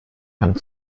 hand